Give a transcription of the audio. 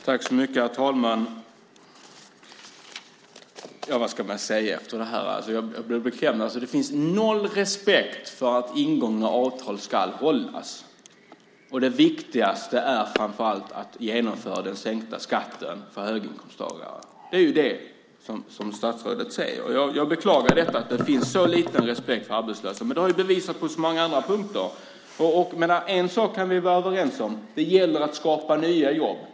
Herr talman! Ja, vad ska man säga efter det här? Jag blir beklämd. Det finns noll respekt för att ingångna avtal ska hållas, och det viktigaste är framför allt att genomföra sänkt skatt för höginkomsttagare. Det är det som statsrådet säger, och jag beklagar att det finns så liten respekt för arbetslösa. Men det har ju bevisats på så många andra punkter. En sak kan vi vara överens om: Det gäller att skapa nya jobb.